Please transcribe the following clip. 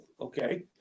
okay